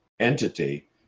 entity